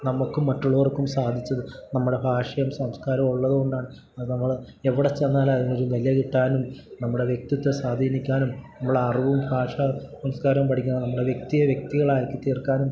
നമുക്കും മറ്റുള്ളവർക്കും സാധിച്ചത് നമ്മുടെ ഭാഷയും സംസ്കാരവുമുള്ളതുകൊണ്ടാണ് നമ്മൾ എവിടെച്ചെന്നാലും അതിനൊരു വില കിട്ടാനും നമ്മുടെ വ്യക്തിത്വത്തെ സ്വാധീനിക്കാനും നമ്മളുടെ അറിവും ഭാഷാസംസ്കാരവും പഠിക്കാനും നമ്മുടെ വ്യക്തിയെ വ്യക്തികളാക്കിത്തീർക്കാനും